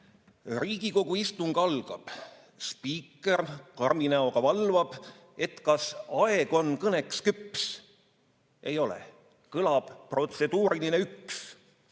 Riigikogu istung algab. / Spiiker karmi näoga valvab, / et kas aeg on kõneks küps. / Ei ole. Kõlab protseduuriline üks.